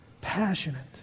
Passionate